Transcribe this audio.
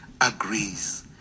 agrees